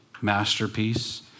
masterpiece